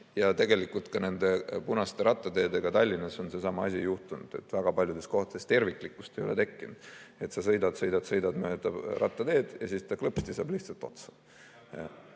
Tegelikult ka nende punaste rattateedega Tallinnas on seesama asi juhtunud, et väga paljudes kohtades ei ole terviklikkust tekkinud. Sa sõidad, sõidad, sõidad mööda rattateed ja siis ta klõpsti saab lihtsalt otsa.